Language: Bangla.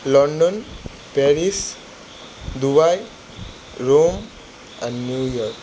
লণ্ডন প্যারিস দুবাই রোম আর নিউ ইয়র্ক